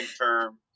term